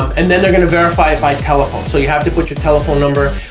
and then they're gonna verify it by telephone so you have to put your telephone number.